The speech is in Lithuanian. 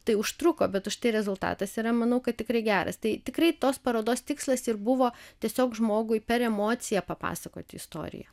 tai užtruko bet užtai rezultatas yra manau kad tikrai geras tai tikrai tos parodos tikslas ir buvo tiesiog žmogui per emociją papasakoti istoriją